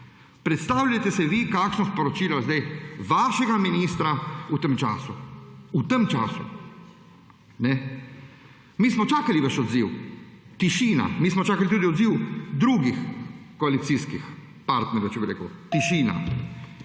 Predstavljajte si vi, kakšno je sporočilo sedaj vašega ministra v tem času. Mi smo čakali vaš odziv. Tišina. Mi smo čakali tudi odziv drugih koalicijskih partnerjev. Tišina.